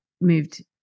moved